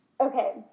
Okay